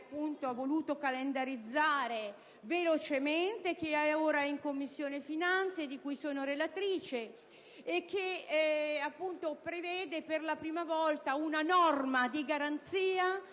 ha voluto calendarizzare in tempi celeri, ora all'esame in Commissione finanze e di cui sono relatrice, che prevede per la prima volta una norma di garanzia